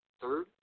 Third